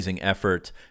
effort